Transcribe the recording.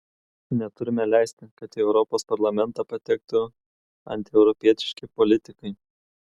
neturime leisti kad į europos parlamentą patektų antieuropietiški politikai